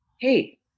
hey